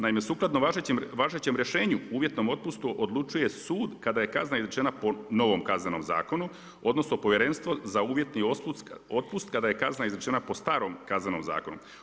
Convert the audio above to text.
Naime, sukladno važećem rješenju, uvjetnom otpustu odlučuje sud kada je kazna izrečena po novom Kaznenom zakonu, odnosno Povjerenstvo za uvjetni otpust kada je kazna izrečena po starom Kaznenom zakonu.